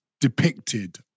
depicted